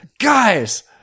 guys